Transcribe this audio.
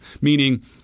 meaning